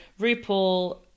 rupaul